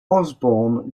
osborn